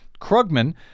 Krugman